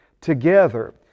together